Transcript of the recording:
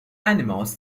animals